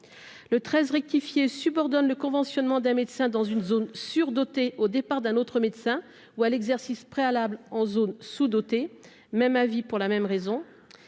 n° 13 rectifié tend à subordonner le conventionnement d'un médecin dans une zone surdotée au départ d'un autre médecin ou à l'exercice préalable en zone sous-dotée. Même avis défavorable pour la même raison.